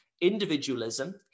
individualism